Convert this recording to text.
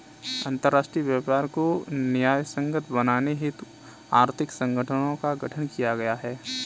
अंतरराष्ट्रीय व्यापार को न्यायसंगत बनाने हेतु आर्थिक संगठनों का गठन किया गया है